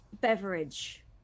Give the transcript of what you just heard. beverage